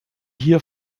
hier